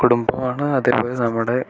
കുടുംബമാണ് അതേപോലെ നമ്മുടെ